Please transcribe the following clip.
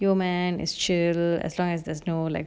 yo man is chill as long as there's no like